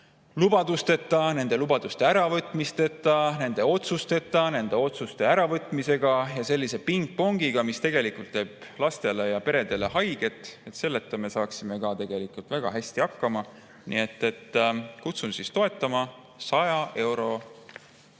lubadusteta, nende lubaduste [tagasi]võtmiseta, nende otsusteta, nende otsuste [tagasi]võtmiseta ja sellise pingpongita, mis tegelikult teeb lastele ja peredele haiget, me saaksime ka väga hästi hakkama. Nii et kutsun toetama 100‑eurost